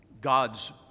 God's